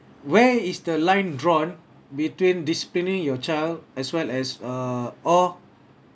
where is the line drawn between disciplining your child as well as err or